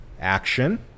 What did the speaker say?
action